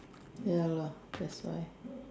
ya lah that's why